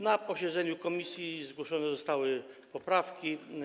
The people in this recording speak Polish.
Na posiedzeniu komisji zgłoszone zostały poprawki.